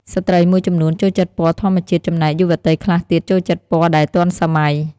ស្ត្រីមួយចំនួនចូលចិត្តពណ៌ធម្មជាតិ ចំណែកយុវតីខ្លះទៀតចូលចិត្តពណ៌ដែលទាន់សម័យ។